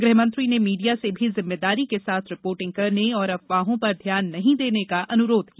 गृहमंत्री ने मीडिया से भी जिम्मेदारी के साथ रिर्पोटिंग करने और अफवाहों पर ध्यान नहीं देने का अनुरोध किया